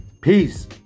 Peace